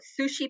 sushi